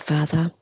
Father